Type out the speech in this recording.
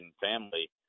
family